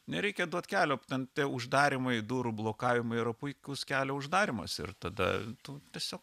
nereikia duot kelio ten tie uždarymai durų blokavimai yra puikus kelio uždarymas ir tada tu tiesiog